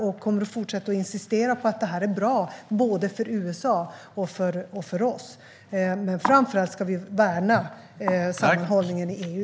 Vi kommer att fortsätta att insistera på att detta är bra för både USA och oss, men vi ska framför allt värna sammanhållningen i EU.